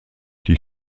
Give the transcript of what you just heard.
die